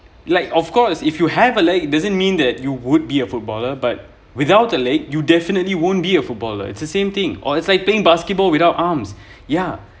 like of course if you have a leg doesn't mean that you would be a footballer but without a leg you definitely won't be a footballer it's the same thing or it's like being basketball without arms ya